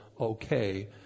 okay